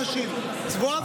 את צבועה ושקרנית.